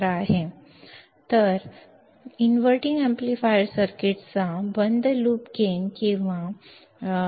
तर दिले म्हणून इनव्हर्टिंग अॅम्प्लीफायर सर्किटचा बंद लूप गेन 11 किंवा 20